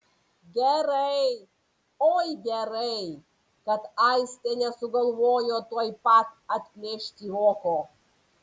gerai oi gerai kad aistė nesugalvojo tuoj pat atplėšti voko